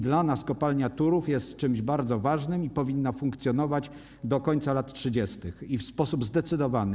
Dla nas kopalnia Turów jest czymś bardzo ważnym i powinna funkcjonować do końca lat 30., mówimy o tym w sposób zdecydowany.